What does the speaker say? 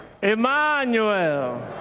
Emmanuel